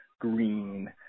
Green